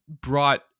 brought